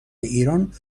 ایران